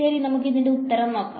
ശെരി നമുക്ക് ഇതിന്റെ ഉത്തരം നോക്കാം